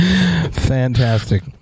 Fantastic